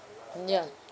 mm ya